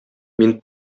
мин